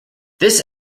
this